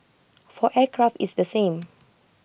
for aircraft it's the same